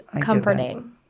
comforting